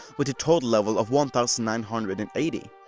with a total level of one thousand nine hundred and eighty.